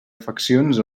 afeccions